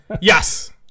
Yes